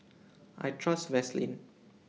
I Trust Vaselin